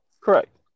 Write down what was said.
Correct